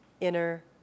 inner